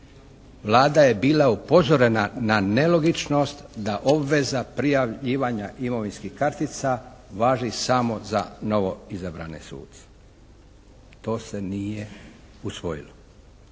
Vlada je bila upozorena na nelogičnost da obveza prijavljivanja imovinskih kartica važi samo za novo izabrane suce. To se nije usvojilo.